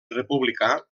republicà